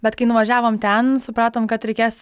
bet kai nuvažiavom ten supratom kad reikės